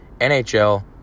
NHL